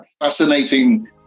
fascinating